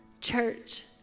Church